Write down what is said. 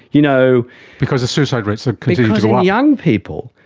you know because the suicide rates ah young people,